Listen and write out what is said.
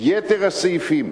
יתר הסעיפים